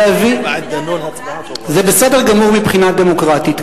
זה בסדר מבחינה דמוקרטית?